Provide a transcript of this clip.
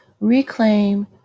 Reclaim